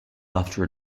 after